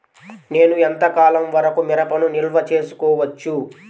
నేను ఎంత కాలం వరకు మిరపను నిల్వ చేసుకోవచ్చు?